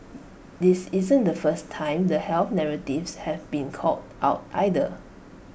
this isn't the first time the health narratives have been called out either